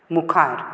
मुखार